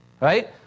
right